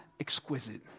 exquisite